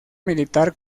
militar